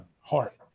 heart